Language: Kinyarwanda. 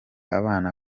abana